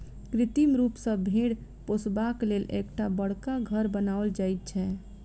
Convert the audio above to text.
कृत्रिम रूप सॅ भेंड़ पोसबाक लेल एकटा बड़का घर बनाओल जाइत छै